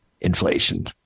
inflation